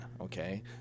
okay